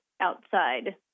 outside